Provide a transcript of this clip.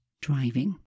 driving